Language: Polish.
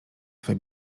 swe